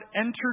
entered